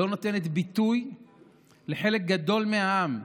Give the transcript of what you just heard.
לא נותנת ביטוי לחלק גדול מהעם.